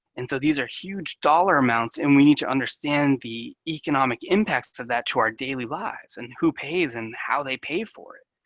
and so these are huge dollar amounts, and we need to understand the economic impacts of that to our daily lives and who pays and how they pay for it.